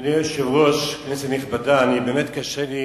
אדוני היושב-ראש, כנסת נכבדה, באמת קשה לי